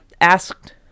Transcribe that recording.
asked